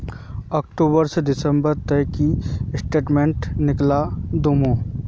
अक्टूबर से दिसंबर तक की स्टेटमेंट निकल दाहू?